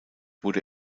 wurde